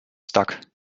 stuck